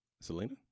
Selena